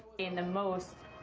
in the most,